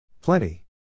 Plenty